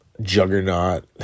juggernaut